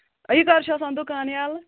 یہِ کَر چھُ آسان دُکان یلہٕ